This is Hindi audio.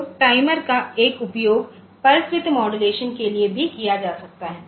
तो टाइमर का एक उपयोग पल्स विड्थ मॉड्यूलेशन के लिए भी किया जा सकता है